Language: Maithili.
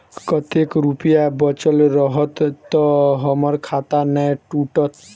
कतेक रुपया बचल रहत तऽ हम्मर खाता नै टूटत?